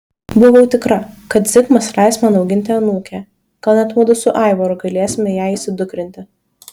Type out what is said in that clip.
buvau tikra kad zigmas leis man auginti anūkę gal net mudu su aivaru galėsime ją įsidukrinti